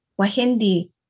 Wahindi